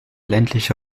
ländliche